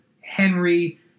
Henry